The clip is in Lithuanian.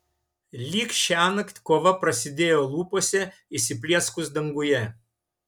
lyg šiąnakt kova prasidėjo lūpose įsiplieskus danguje